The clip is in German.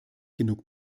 genug